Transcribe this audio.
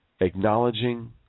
acknowledging